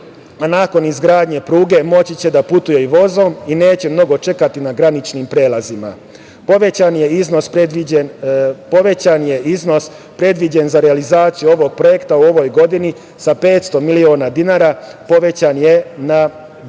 Nakon izgradnje pruge moći će da putuju i vozom i neće mnogo čekati na graničnim prelazima. Povećan je iznos predviđen za realizaciju ovog projekta u ovoj godini, sa 500 miliona dinara povećan je na 2,4